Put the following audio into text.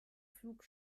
flug